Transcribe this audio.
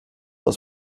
aus